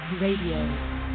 Radio